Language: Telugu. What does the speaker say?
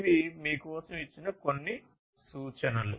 ఇవి మీ కోసం ఇచ్చిన కొన్ని సూచనలు